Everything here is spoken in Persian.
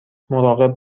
مراقب